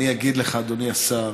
אני אגיד לך, אדוני השר,